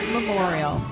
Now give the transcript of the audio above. Memorial